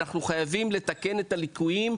אנחנו חייבים לתקן את הליקויים,